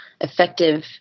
effective